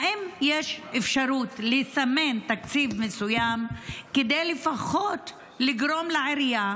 האם יש אפשרות לסמן תקציב מסוים כדי לפחות לגרום לעירייה